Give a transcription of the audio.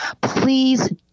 please